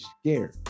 scared